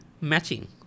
Matching